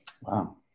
Wow